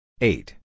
Eight